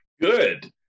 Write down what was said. good